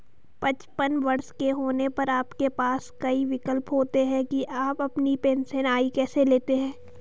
पचपन वर्ष के होने पर आपके पास कई विकल्प होते हैं कि आप अपनी पेंशन आय कैसे लेते हैं